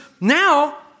now